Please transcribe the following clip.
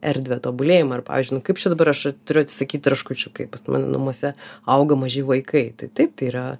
erdvę tobulėjimą ar pavyzdžiui nu kaip čia dabar aš turiu atsisakyt traškučių kai pas mane namuose auga maži vaikai tai taip tai yra